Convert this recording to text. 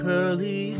early